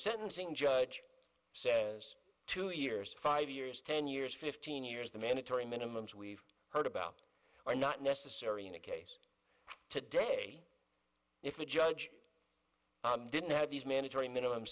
sentencing judge says two years five years ten years fifteen years the mandatory minimums we've heard about are not necessary in a case today if we judge didn't have these mandatory minimum